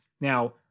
Now